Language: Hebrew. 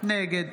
נגד